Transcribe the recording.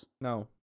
No